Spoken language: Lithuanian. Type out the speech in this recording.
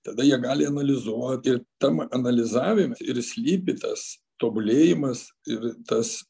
tada jie gali analizuot ir tam analizavime ir slypi tas tobulėjimas ir tas